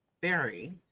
Barry